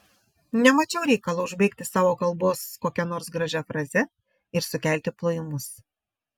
nemačiau reikalo užbaigti savo kalbos kokia nors gražia fraze ir sukelti plojimus